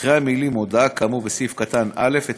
אחרי המילים: "הודעה כאמור בסעיף קטן (א)" את